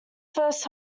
first